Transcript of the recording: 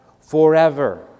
forever